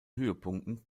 höhepunkten